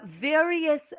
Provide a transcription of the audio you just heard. various